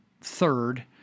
third—